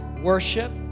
worship